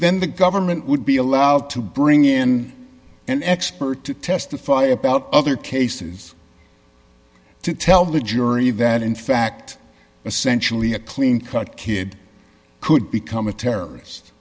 then the government would be allowed to bring in an expert to testify about other cases to tell the jury that in fact essentially a clean cut kid could become a terrorist